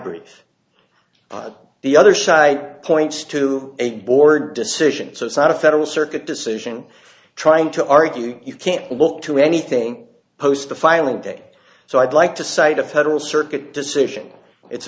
but the other side points to a board decision so it's not a federal circuit decision trying to argue you can't look to anything post the filing day so i'd like to cite a federal circuit decision it's